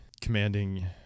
commanding